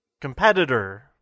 competitor